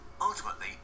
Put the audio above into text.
Ultimately